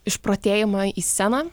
išprotėjimą į sceną